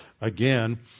again